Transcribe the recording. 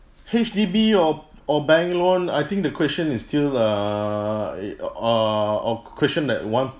H_D_B or or bank loan I think the question is still err it err or question that one